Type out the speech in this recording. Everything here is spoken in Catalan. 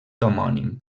homònim